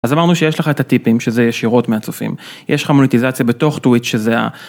אז אמרנו שיש לך את הטיפים, שזה ישירות מהצופים, יש לך מוניטיזציה בתוך twitch שזה ה...